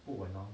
不稳 hor